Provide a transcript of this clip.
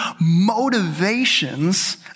motivations